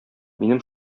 минем